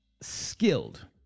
skilled